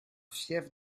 fief